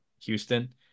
Houston